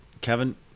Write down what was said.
Kevin